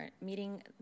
meeting